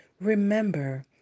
remember